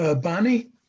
Bonnie